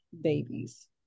babies